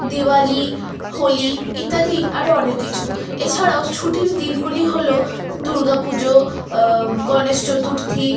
দিওয়ালি হোলি ইত্যাদি আরো অনেক কিছু এছাড়াও ছুটির দিনগুলি হল দুর্গা পুজো গণেশ চতুর্থী